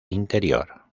interior